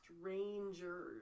strangers